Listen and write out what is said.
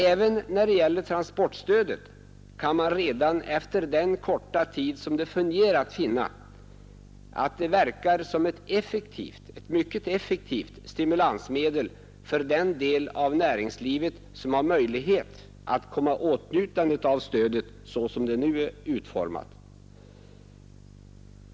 Även när det gäller transportstödet kan man redan efter den korta tid som det fungerat finna att det verkar som ett mycket effektivt stimulansmedel för den del av näringslivet som har möjlighet att komma i åtnjutande av stödet så som det nu är utformat.